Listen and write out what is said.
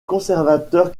conservateurs